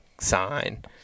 sign